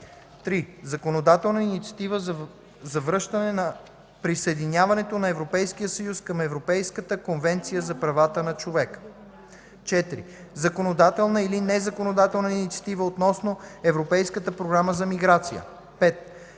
3. Законодателна инициатива за завършване на присъединяването на Европейския съюз към Европейската конвенция за правата на човека. 4. Законодателна или незаконодателна инициатива относно Европейската програма за миграцията. 5.